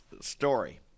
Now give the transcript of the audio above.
story